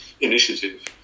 initiative